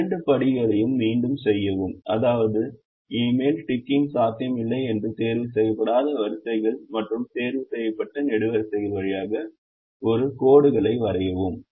இந்த இரண்டு படிகளையும் மீண்டும் செய்யவும் அதாவது இனிமேல் டிக்கிங் சாத்தியமில்லை மற்றும் தேர்வு செய்யப்படாத வரிசைகள் மற்றும் தேர்வு செய்யப்பட்ட நெடுவரிசைகள் வழியாக ஒரு கோடுகளை வரையவும்